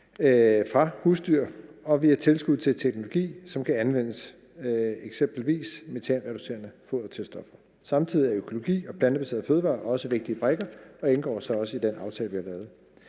fra husdyr, og via tilskud til teknologi, som kan anvendes, eksempelvis metanreducerende foderstoffer. Samtidig er økologi og plantebaserede fødevarer også vigtige brikker, og de indgår også i den aftale, vi har lavet.